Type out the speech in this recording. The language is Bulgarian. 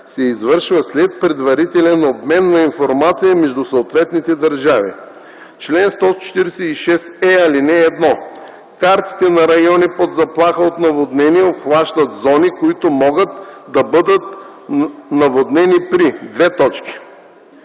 се извършва след предварителен обмен на информация между съответните държави. Чл. 146е. (1) Картите на райони под заплаха от наводнения обхващат зони, които могат да бъдат наводнени при: 1.